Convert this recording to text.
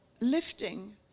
lifting